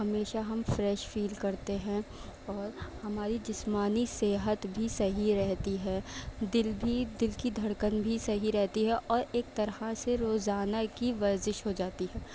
ہمیشہ ہم fresh feel کرتے ہیں اور ہماری جسمانی صحت بھی صحیح رہتی ہے دل بھی دل کی دھڑکن بھی صحیح رہتی اور ایک طرح سے روزانہ کی ورزش ہو جاتی ہے